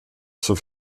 zur